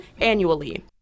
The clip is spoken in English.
annually